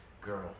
girl